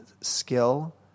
skill